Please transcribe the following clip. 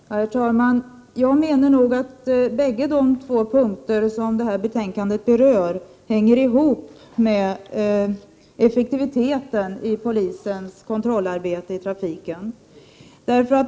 Herr talman! Jag menar att båda de punkter som det här betänkandet behandlar hänger ihop med effektiviteten i polisens kontrollarbete i trafiken.